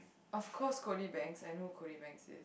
of course Cody-Bangs I know who Cody-Bangs is